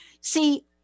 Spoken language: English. See